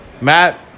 Matt